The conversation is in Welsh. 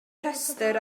rhestr